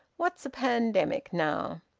what's a pandemic, now?